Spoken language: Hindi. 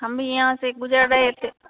हम भी यहाँ से गुज़र रहे थे